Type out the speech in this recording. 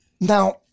now